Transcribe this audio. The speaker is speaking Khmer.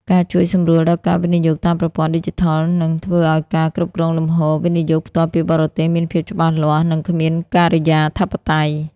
ការជួយសម្រួលដល់ការវិនិយោគតាមប្រព័ន្ធឌីជីថល នឹងធ្វើឱ្យការគ្រប់គ្រងលំហូរ វិនិយោគផ្ទាល់ពីបរទេស មានភាពច្បាស់លាស់ និងគ្មានការិយាធិបតេយ្យ។